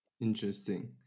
Interesting